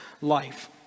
life